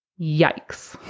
yikes